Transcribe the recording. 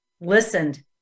listened